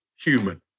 human